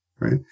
right